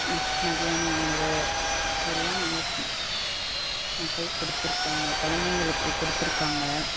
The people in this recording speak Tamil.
ந மத்தியானம் உணவு எல்லாம் நம்மளுக்கு மக்களுக்கு கொடுத்துருக்காங்க கொழந்தைங்களுக்கு கொடுத்துருக்காங்க